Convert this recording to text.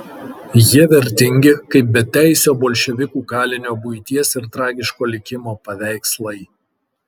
jie vertingi kaip beteisio bolševikų kalinio buities ir tragiško likimo paveikslai